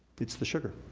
it's the sugar.